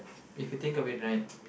if you think of it right